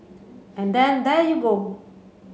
and then there you go